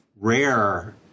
rare